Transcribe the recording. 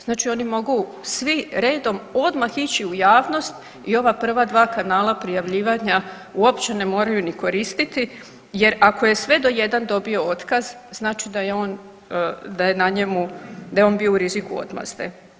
Znači oni mogu svi redom odmah ići u javnost i ova prva dva kanala prijavljivanja uopće ne moraju ni koristiti jer ako je sve do jedan dobio otkaz znači da je on bio u riziku odmazde.